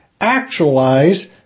actualize